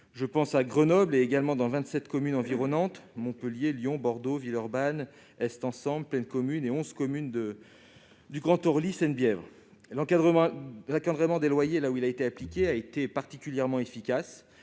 comme Grenoble et vingt-sept communes environnantes, Montpellier, Lyon, Bordeaux, Villeurbanne, Est Ensemble, Plaine Commune et onze communes du Grand-Orly Seine Bièvre. L'encadrement des loyers, là où il a été appliqué, s'est révélé particulièrement efficace.